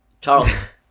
charles